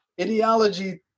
ideology